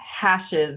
hashes